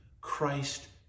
Christ